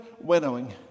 Winnowing